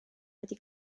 wedi